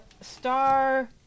star